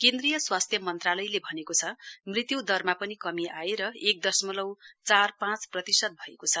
केन्द्रीय स्वास्थ्य मन्त्रालयले भनेको छ मृत्युदरमा पनि कमी आएर एक दशमलव चार पाँच प्रतिशत भएको छ